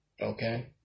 Okay